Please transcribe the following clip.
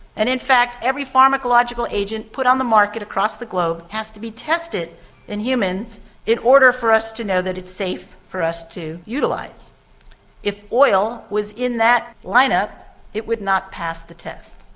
and in fact every pharmacological agent put on the market across the globe has to be tested in humans in order for us to know that it's safe for us to utilise. if oil was in that lineup it would not pass the test.